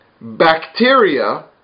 bacteria